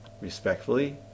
Respectfully